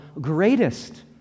greatest